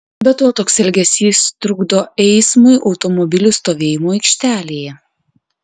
be to toks elgesys trukdo eismui automobilių stovėjimo aikštelėje